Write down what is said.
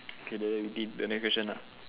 K then we did the next question ah